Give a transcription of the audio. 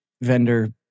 vendor